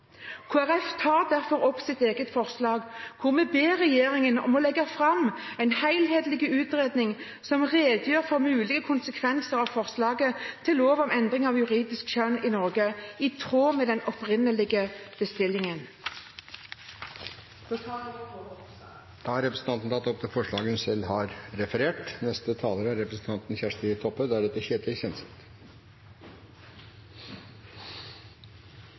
Jeg tar derfor opp Kristelig Folkepartis eget forslag, hvor vi «ber regjeringen legge frem en helhetlig utredning som redegjør for mulige konsekvenser av forslaget til lov om endring av juridisk kjønn i Norge, i tråd med opprinnelig bestilling». Representanten Olaug V. Bollestad har tatt opp det forslaget hun selv